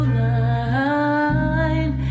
line